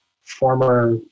former